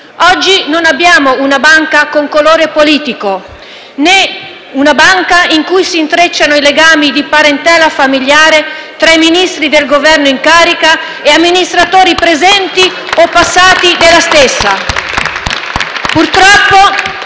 oggi non abbiamo una banca con colore politico né una banca in cui si intrecciano legami di parentela familiare tra Ministri del Governo in carica e amministratori presenti o passati della stessa. *(Applausi